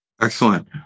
Excellent